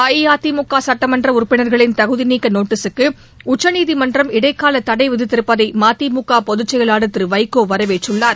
அஇஅதிமுக சட்டமன்ற உறுப்பினர்களின தகுதிநீக்க நோட்டஸுக்கு உச்சநீதிமன்றம் இடைக்கால விதித்திருப்பதை மதிமுக பொதுச்செயலாளர் திரு வைகோ வரவேற்றுள்ளார்